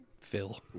Phil